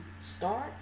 start